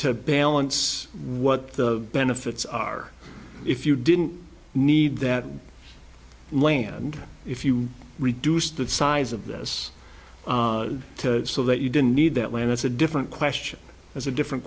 balance what the benefits are if you didn't need that land if you reduce the size of this to so that you didn't need that land that's a different question as a different